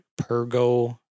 Pergo